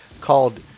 called